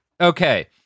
Okay